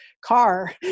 car